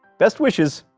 best wishes,